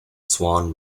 swan